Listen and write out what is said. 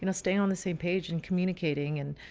you know, staying on the same page and communicating and,